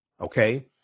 Okay